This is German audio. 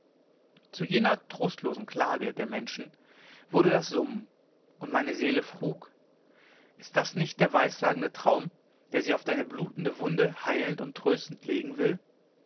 zu jener trostlosen klage der menschen wurde das summen und meine seele frug ist das nicht der weissagende traum der sich auf deine blutende wunde heilend und tröstend legen will